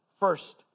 First